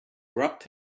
rubbed